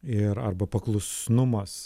ir arba paklusnumas